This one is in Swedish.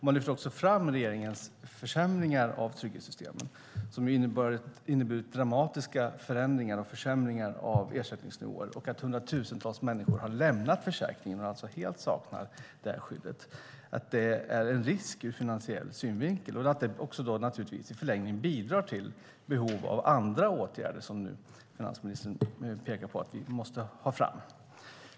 Man lyfter också fram regeringens försämringar av trygghetssystemen som har inneburit dramatiska förändringar och försämringar av ersättningsnivåerna, att det är en risk ur finansiell synvinkel att hundratusentals människor har lämnat försäkringen och alltså helt saknar det skyddet och att det naturligtvis i förlängningen bidrar till behov av andra åtgärder som finansministern pekar på att vi måste ha fram.